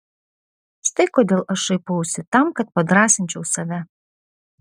štai kodėl aš šaipausi tam kad padrąsinčiau save